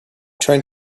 trying